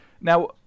Now